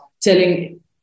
telling